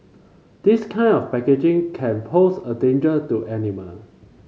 this kind of packaging can pose a danger to animal